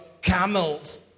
camels